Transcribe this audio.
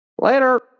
Later